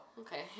Okay